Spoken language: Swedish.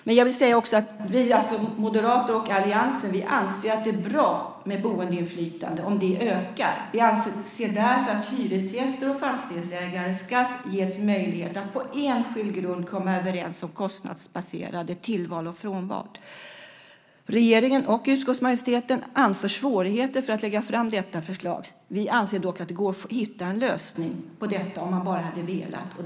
Men jag vill också säga att vi moderater och alliansen anser att det är bra om boendeinflytandet ökar. Vi anser därför att hyresgäster och fastighetsägare ska ges möjlighet att på enskild grund komma överens om kostnadsbaserade tillval och frånval. Regeringen och utskottsmajoriteten anför svårigheter för att lägga fram detta förslag. Vi anser dock att det går att hitta en lösning på detta om man bara vill.